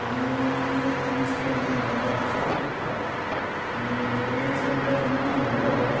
आनी नुस्तें घेवन बाजारांत वसोन विकतात आनी रेंवेचो म्हणल्यार धंदो वडलो